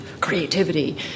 creativity